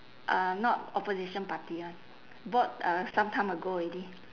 uh not opposition party one bought uh some time ago already